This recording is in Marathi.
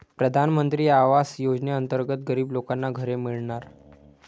प्रधानमंत्री आवास योजनेअंतर्गत गरीब लोकांना घरे मिळणार